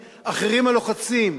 הלוחצים,